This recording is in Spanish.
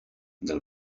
del